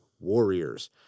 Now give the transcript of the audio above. Warriors